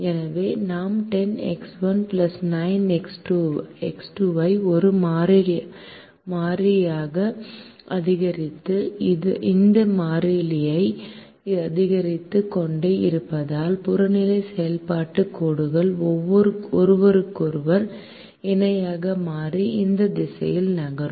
எனவே நாம் 10X1 9X2 ஐ ஒரு மாறிலியாக அதிகரித்து இந்த மாறிலியை அதிகரித்துக் கொண்டே இருப்பதால் புறநிலை செயல்பாட்டுக் கோடுகள் ஒருவருக்கொருவர் இணையாக மாறி இந்த திசையில் நகரும்